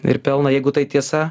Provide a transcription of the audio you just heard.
ir pelną jeigu tai tiesa